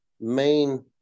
main